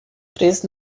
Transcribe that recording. três